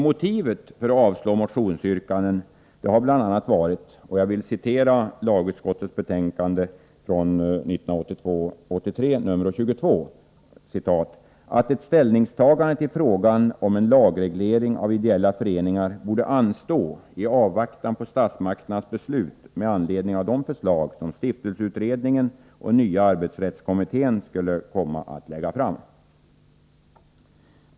Motivet för att avslå motionsyrkandena har bl.a. varit, jag citerar ur lagutskottets betänkande 1982/83:22, ”att ett ställningstagande till frågan om en lagreglering av ideella föreningar borde anstå i avvaktan på statsmakternas beslut med anledning av de förslag som stiftelseutredningen och nya arbetsrättskommittén skulle komma att lägga fram”.